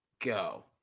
go